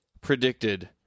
predicted